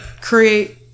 create